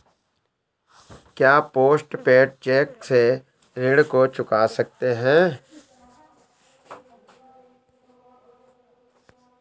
क्या post paid cheque से ऋण को चुका सकते हैं?